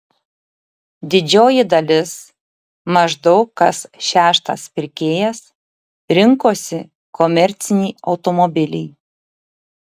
didžioji dalis maždaug kas šeštas pirkėjas rinkosi komercinį automobilį